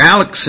Alex